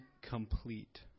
complete